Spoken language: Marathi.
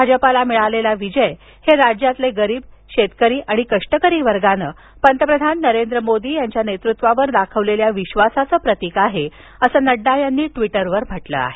भाजपाला मिळालेला विजय हे राज्यातील गरीब शेतकरी आणि कष्टकरी वर्गानं पंतप्रधान नरेंद्र मोदी यांच्या नेतृत्वावर दाखविलेल्या विश्वासाचं प्रतीक आहे असं नडडा यांनी ट्वीटरवर म्हटलं आहे